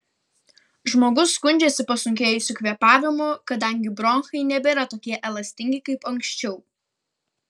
žmogus skundžiasi pasunkėjusiu kvėpavimu kadangi bronchai nebėra tokie elastingi kaip anksčiau